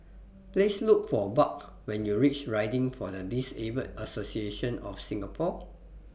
Please Look For Buck when YOU REACH Riding For The Disabled Association of Singapore